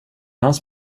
hans